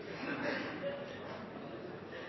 er